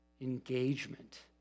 engagement